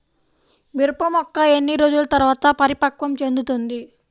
మిరప మొక్క ఎన్ని రోజుల తర్వాత పరిపక్వం చెందుతుంది?